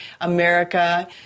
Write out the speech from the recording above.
America